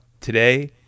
today